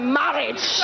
marriage